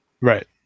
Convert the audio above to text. Right